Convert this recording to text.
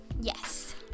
Yes